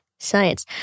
Science